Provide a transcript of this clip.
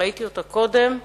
ראיתי אותה קודם.